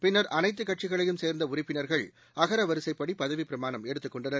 பின்னர் அனைத்துக்கட்சிகளையும் சேர்ந்த உறுப்பினர்கள் அகர வரிசைப்படி பதவிப்பிரமாணம் எடுத்துக்கொண்டனர்